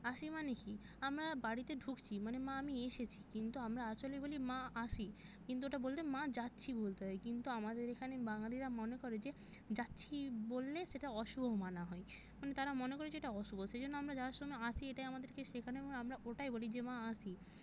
আসি মানে কী আমরা বাড়িতে ঢুকছি মানে মা আমি এসেছি কিন্তু আমরা আসলে বলি মা আসি কিন্তু ওটা বলতে মা যাচ্ছি বলতে হয় কিন্তু আমাদের এখানে বাঙালিরা মনে করে যে যাচ্ছি বললে সেটা অশুভ মানা হয় মানে তারা মনে করে যে এটা অশুভ সেই জন্য আমরা যাওয়ার সময় আসি এটাই আমাদেরকে শেখানো হয় এবং আমরা ওটাই বলি যে মা আসি